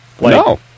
No